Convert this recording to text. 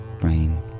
brain